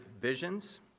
visions